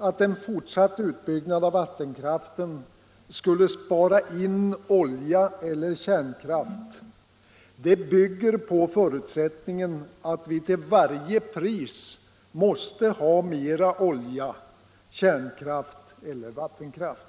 att en fortsatt utbyggnad av vattenkraften skulle spara in olja eller kärnkraft bygger på förutsättningen att vi till varje pris måste ha mera olja, kärnkraft eller vattenkraft.